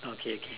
okay K